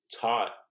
taught